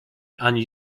ani